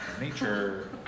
Nature